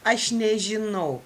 aš nežinau